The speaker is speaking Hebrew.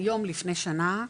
היום לפני שנה,